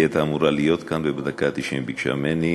כי היא הייתה אמורה להיות כאן ובדקה התשעים היא ביקשה ממני.